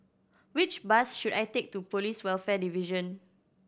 which bus should I take to Police Welfare Division